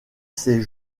ses